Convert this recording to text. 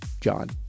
John